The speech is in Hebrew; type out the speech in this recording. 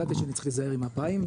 ידעתי שאני צריך להיזהר עם הפאים.